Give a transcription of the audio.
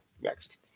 Next